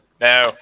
No